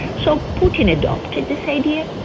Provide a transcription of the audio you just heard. so putin adopted this idea,